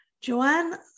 Joanne